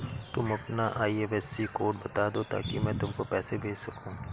तुम अपना IFSC code बता दो ताकि मैं तुमको पैसे भेज सकूँ